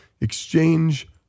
exchange